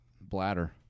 bladder